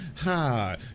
Ha